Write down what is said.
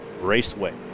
Raceway